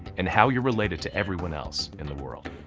and how you're related to everyone else in the world.